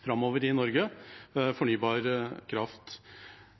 fornybar kraft i Norge